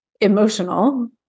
emotional